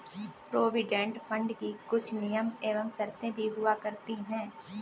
provident fund की कुछ नियम एवं शर्तें भी हुआ करती हैं